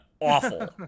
awful